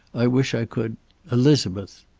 i wish i could elizabeth!